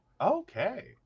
Okay